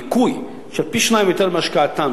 ניכוי של פי-שניים מהשקעתם,